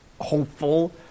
hopeful